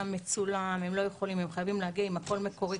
צריך הכול מקורי.